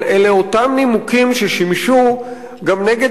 אבל אלה אותם נימוקים ששימשו גם נגד